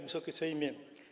Wysoki Sejmie!